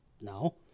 no